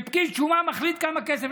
שפקיד שומה מחליט כמה כסף.